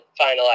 finalize